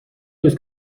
روز